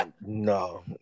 no